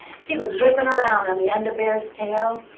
she was whipping around on the end of bear's tail.